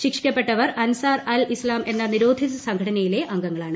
ശിക്ഷിക്കപ്പെട്ടവർ Ansar al Islam എന്ന നിരോധിത സംഘടനയിലെ അംഗങ്ങളാണ്